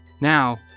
Now